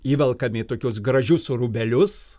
įvelkami į tokius gražius rūbelius